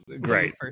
Great